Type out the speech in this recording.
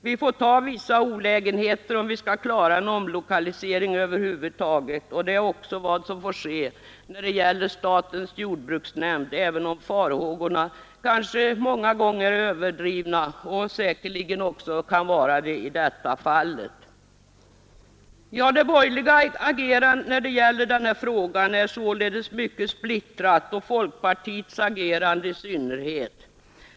Vi får ta vissa olägenheter om vi skall klara en omlokalisering över huvud taget, och det måste också gälla statens jordbruksnämnd, även om farhågorna många gånger, även i detta fall, säkert är överdrivna. Det borgerliga agerandet och i synnerhet folkpartiets agerande i denna fråga är således mycket splittrad.